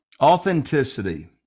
authenticity